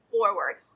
forward